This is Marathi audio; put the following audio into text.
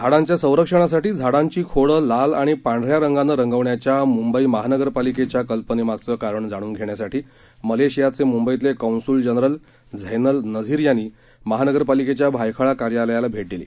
झाडांच्या संरक्षणासाठी झाडांची खोडं लाल आणि पांढऱ्या रंगानं रंगवण्याच्या मुंबई महानगरपालिकेच्या कल्पनेमागचं कारण जाणून घेण्यासाठी मलेशियाचे मुंबईतले कॉन्सुल जनरल झैनल नझीर यांनी महापालिकेच्या भायखळा कार्यालयाला भेट दिली